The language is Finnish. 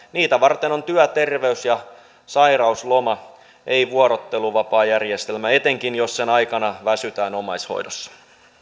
heitä varten on työterveys ja sairausloma ei vuorotteluvapaajärjestelmä etenkään jos sen aikana väsytään omaishoidossa